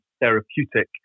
therapeutic